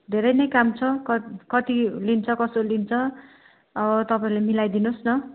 धेरै नै काम छ क क कति लिन्छ कसो लिन्छ तपाईँले मिलाइदिनुहोस् न